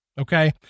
okay